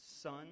Son